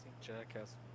Jackass